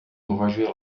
považuje